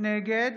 נגד